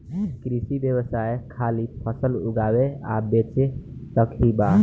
कृषि व्यवसाय खाली फसल उगावे आ बेचे तक ही बा